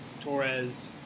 Torres